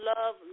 love